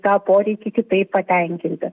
tą poreikį kitaip patenkinti